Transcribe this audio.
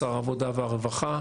שר העבודה והרווחה,